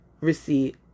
receipt